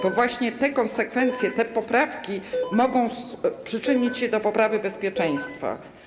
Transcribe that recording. Bo właśnie te konsekwencje, te poprawki mogą przyczynić się do poprawy bezpieczeństwa.